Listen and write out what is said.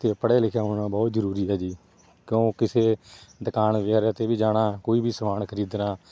ਅਤੇ ਪੜ੍ਹਿਆ ਲਿਖਿਆ ਹੋਣਾ ਬਹੁਤ ਜ਼ਰੂਰੀ ਹੈ ਜੀ ਕਿਉਂ ਕਿਸੇ ਦੁਕਾਨ ਵਗੈਰਾ 'ਤੇ ਵੀ ਜਾਣਾ ਕੋਈ ਵੀ ਸਮਾਨ ਖਰੀਦਣਾ